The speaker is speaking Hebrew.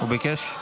הוא ביקש?